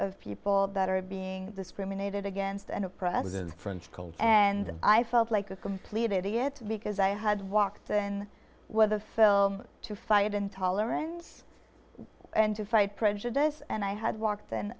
of people that are being discriminated against and oppressed his friends called and i felt like a complete idiot because i had walked and whether a film to fight intolerance and to fight prejudice and i had walked in